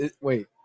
wait